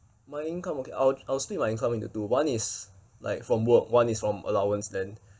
my income okay I wi~ I will split my income into two one is like from work one is from allowance then